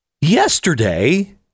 yesterday